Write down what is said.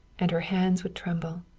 and her hands would tremble.